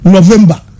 November